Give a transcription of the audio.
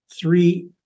three